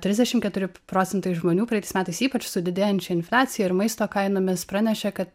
trisdešim keturi procentai žmonių praeitais metais ypač su didėjančia infliacija ir maisto kainomis pranešė kad